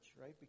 right